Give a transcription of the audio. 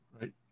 Right